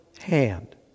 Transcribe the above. hand